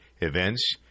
events